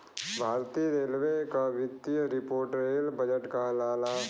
भारतीय रेलवे क वित्तीय रिपोर्ट रेल बजट कहलाला